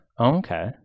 okay